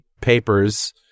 papers